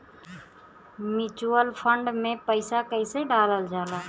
Mutual fund मे पईसा कइसे डालल जाला?